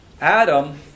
Adam